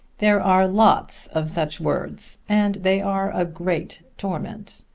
there are lots of such words and they are a great torment.